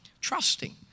Trusting